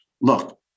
Look